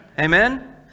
Amen